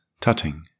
tutting